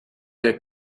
der